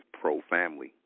pro-family